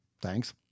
Thanks